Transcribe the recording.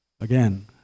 again